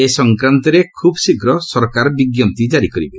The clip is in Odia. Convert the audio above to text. ଏ ସଂକ୍ରାନ୍ତରେ ଖୁବ୍ଶୀଘ୍ର ସରକାର ବିଜ୍ଞପ୍ତି ଜାରି କରିବେ